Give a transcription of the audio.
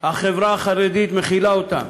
החברה החרדית מכילה אותם,